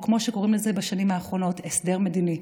או כמו שקוראים לזה בשנים האחרונות "הסדר מדיני".